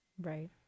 Right